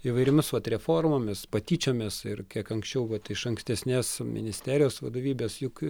įvairiomis vat reformomis patyčiomis ir kiek anksčiau vat iš ankstesnės ministerijos vadovybės juk